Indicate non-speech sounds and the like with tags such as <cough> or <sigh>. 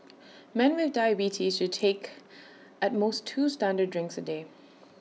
men with diabetes should take at most two standard drinks A day <noise>